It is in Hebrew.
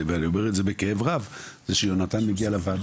ואני אומר את זה בכאב רב, זה שיונתן מגיע לוועדה.